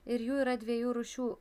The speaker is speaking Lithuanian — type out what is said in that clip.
ir jų yra dviejų rūšių